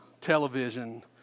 television